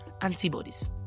Antibodies